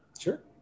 Sure